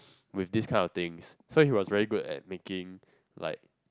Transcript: with this kind of things so he was very good at making like